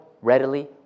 readily